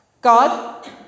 God